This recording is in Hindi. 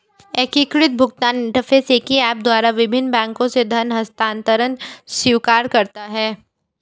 एकीकृत भुगतान इंटरफ़ेस एक ही ऐप द्वारा विभिन्न बैंकों से धन हस्तांतरण स्वीकार करता है